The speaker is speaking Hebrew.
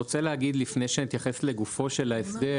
לפני שאתייחס לגופו של ההסדר